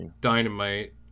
Dynamite